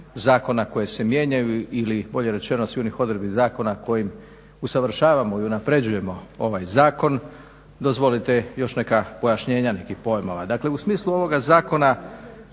zakona koje se mijenjaju ili bolje rečeno svih onih odredbi zakona kojim usavršavamo i unapređujemo ovaj zakon, dozvolite još neka pojašnjenja nekih pojmova. Dakle, u smislu ovoga zakona